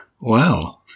Wow